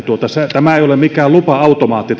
tämä reserviläispuoli ei ole mikään lupa automaatti